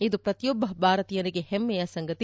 ಇದು ಪ್ರತಿಯೊಬ್ಬ ಭಾರತೀಯನಿಗೆ ಪಮ್ಮೆಯ ಸಂಗತಿ